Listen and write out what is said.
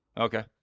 okay